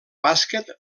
bàsquet